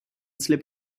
slip